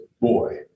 boy